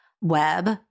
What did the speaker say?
web